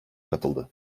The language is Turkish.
katıldı